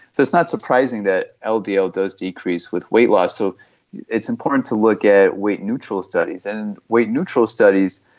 so it's not surprising that ah ldl does decrease with weight loss, so it's important to look at weight neutral studies. and in weight neutral studies,